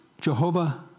Jehovah